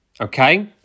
Okay